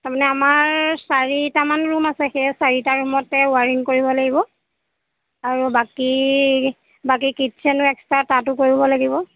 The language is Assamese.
তাৰমানে আমাৰ চাৰিটামান ৰূম আছে সেই চাৰিটা ৰূমতে ওৱাইৰিং কৰিব লাগিব আৰু বাকী বাকী কিটচেনো এক্সট্ৰা তাতো কৰিব লাগিব